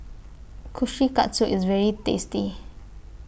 Kushikatsu IS very tasty